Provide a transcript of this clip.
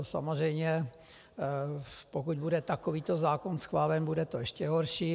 Samozřejmě pokud bude takovýto zákon schválen, bude to ještě horší.